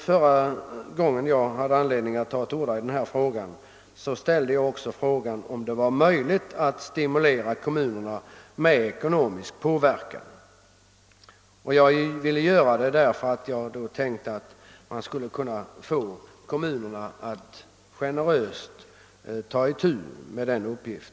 Förra gången jag hade anledning att ta till orda i denna fråga ställde jag också spörsmålet om det var möjligt att stimulera kommunera med ekonomiska bidrag. Jag ansåg det önskvärt, därför att jag tänkte, att man då skulle kunna förmå kommunerna att generöst ta itu med denna uppgift.